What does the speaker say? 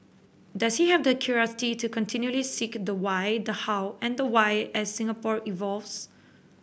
does he have the curiosity to continually seek the why the how and the why as Singapore evolves